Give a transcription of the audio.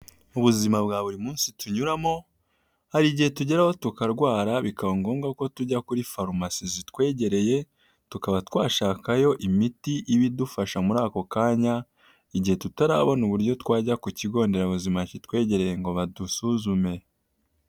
Mu buzima bwa buri munsi tunyuramo, hari igihe tugeraho tukarwara bikaba ngombwa ko tujya kuri farumasi zitwegereye, tukaba twashakayo imiti iba idufasha muri ako kanya igihe tutarabona uburyo twajya ku kigonderabuzima kitwegereye ngo badusuzume.